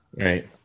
Right